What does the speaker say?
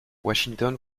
washington